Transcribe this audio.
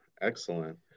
excellent